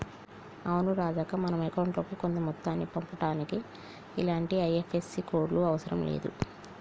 అవును రాజక్క మనం అకౌంట్ లోకి కొంత మొత్తాన్ని పంపుటానికి ఇలాంటి ఐ.ఎఫ్.ఎస్.సి కోడ్లు అవసరం లేదు